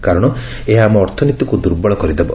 କାରଶ ଏହା ଆମ ଅର୍ଥନୀତିକୁ ଦୁର୍ବଳ କରିଦେବ